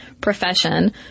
profession